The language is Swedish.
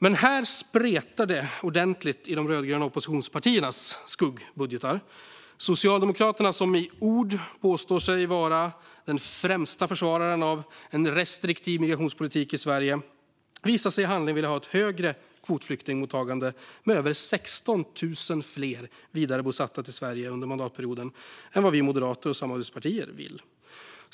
Men här spretar det ordentligt i de rödgröna oppositionspartiernas skuggbudgetar. Socialdemokraterna, som i ord påstår sig vara de främsta försvararna av en restriktiv migrationspolitik i Sverige, visar sig i handling vilja ha ett högre kvotflyktingmottagande med över 16 000 fler vidarebosatta i Sverige under mandatperioden än vad vi moderater och samarbetspartier vill se.